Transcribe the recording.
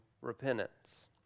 repentance